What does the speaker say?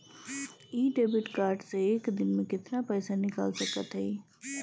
इ debit card से एक दिन मे कितना पैसा निकाल सकत हई?